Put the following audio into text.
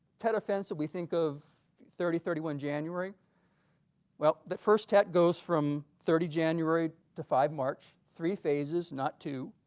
tet offensive we think of thirty thirty one january well the first tet goes from thirty january to five march, three phases not two,